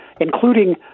Including